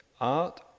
art